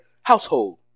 household